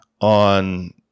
on